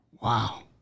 Wow